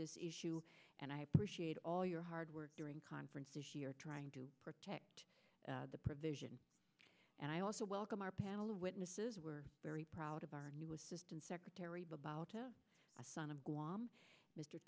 this issue and i appreciate all your hard work during conference this year trying to protect the provision and i also welcome our panel of witnesses we're very proud of our new assistant secretary bob out of a son of guam mr